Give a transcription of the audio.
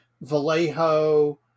Vallejo